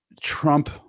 Trump